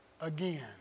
again